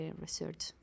research